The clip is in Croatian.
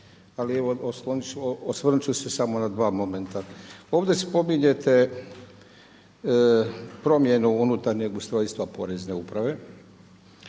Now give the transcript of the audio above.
evo osvrnuti ću se samo na dva momenta. Ovdje spominjete promjenu unutarnjeg ustrojstva porezne uprave,